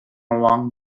along